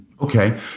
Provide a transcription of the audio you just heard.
Okay